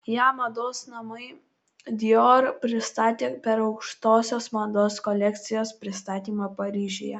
ją mados namai dior pristatė per aukštosios mados kolekcijos pristatymą paryžiuje